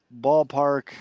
ballpark